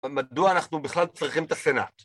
מדוע אנחנו בכלל צריכים את הסנאט?